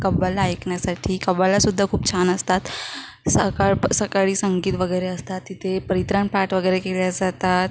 कव्वाली ऐकण्यासाठी कव्वाली सुद्धा खूप छान असतात सकाळ सकाळी संगीत वगैरे असतात तिथे परित्रण पाठ वगैरे केल्या जातात